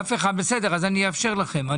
אני אאפשר לכם.